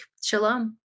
shalom